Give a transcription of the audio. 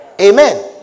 Amen